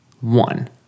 One